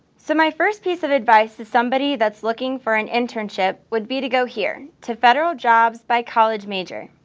so my first piece of advice to somebody that's looking for an internship would be to go here, to federal jobs by college major.